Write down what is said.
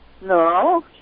No